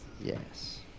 Yes